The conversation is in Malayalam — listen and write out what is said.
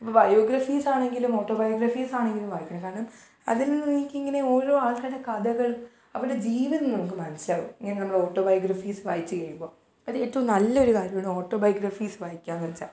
ഇപ്പോൾ ബയോഗ്രഫിസാണെങ്കിലും ഓട്ടോബയോഗ്രഫീസാണെങ്കിലും വായിക്കണം കാരണം അതിൽ നിന്ന് എനിക്കിങ്ങനെ ഒരോ ആൾക്കാരുടെ കഥകൾ അവരുടെ ജീവിതം നമുക്ക് മനസ്സിലാവും ഇങ്ങനുള്ള ഓട്ടോബയോഗ്രഫീസ് വായിച്ചു കഴിയുമ്പോൾ അതേറ്റോം നല്ലൊരു കാര്യമാണോട്ടോബയോഗ്രഫീസ് വായിക്കുക എന്ന് വെച്ചാൽ